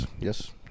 yes